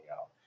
out